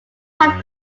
have